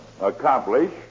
accomplish